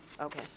okay